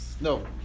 no